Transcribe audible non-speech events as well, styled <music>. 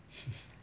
<laughs>